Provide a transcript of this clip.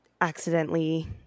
accidentally